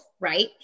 right